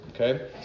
Okay